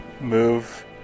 Move